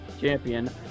champion